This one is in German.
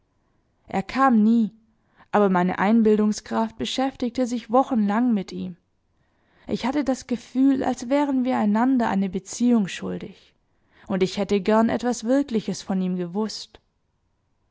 er kam nie aber meine einbildungskraft beschäftigte sich wochenlang mit ihm ich hatte das gefühl als wären wir einander eine beziehung schuldig und ich hätte gern etwas wirkliches von ihm gewußt